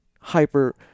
hyper